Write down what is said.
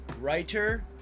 writer